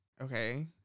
Okay